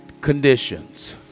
conditions